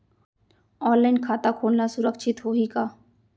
Online खाता खोलना सुरक्षित होही का?